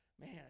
man